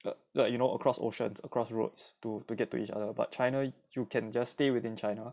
like you know across oceans across roads to get to each other but china you can just stay within china